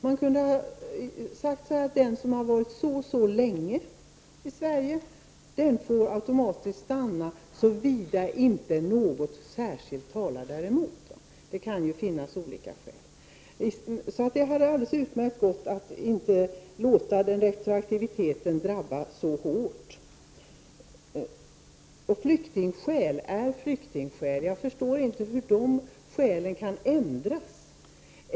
Man kunde ha sagt att den som varit en viss bestämd tid i Sverige automatiskt skulle få stanna såvida inte något särskilt talar däremot — det kan ju finnas olika skäl. Det hade alltså gått alldeles utmärkt att inte låta retroaktiviteten drabba enskilda människor så hårt. Flyktingskäl är flyktingskäl. Jag förstår inte hur de skälen kan ändras.